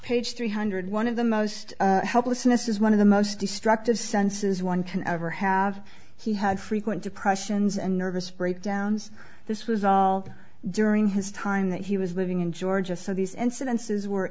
page three hundred one of the most helplessness is one of the most destructive senses one can ever have he had frequent depressions and nervous breakdowns this was all during his time that he was living in georgia so these incidences were